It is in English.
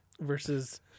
versus